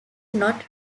not